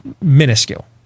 minuscule